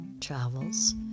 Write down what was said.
travels